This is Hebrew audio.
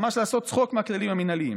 ממש לעשות צחוק מהכללים המינהליים.